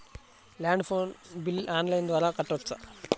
Land phone bill online ద్వారా కట్టుకోవచ్చు?